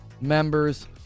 members